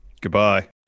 Goodbye